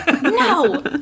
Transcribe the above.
No